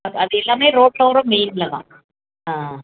அது அதுயெல்லாமே ரோட்டோரம் மெய்னில் தான் ஆ